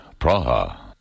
Praha